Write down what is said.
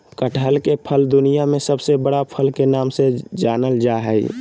कटहल के फल दुनिया में सबसे बड़ा फल के नाम से जानल जा हइ